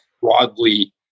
broadly